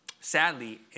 sadly